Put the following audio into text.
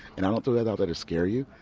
and i don't throw that out there to scare you,